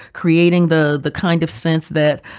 creating the the kind of sense that,